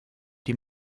die